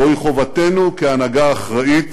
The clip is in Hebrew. זוהי חובתנו כהנהגה אחראית,